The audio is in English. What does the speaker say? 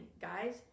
Guys